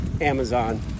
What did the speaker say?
Amazon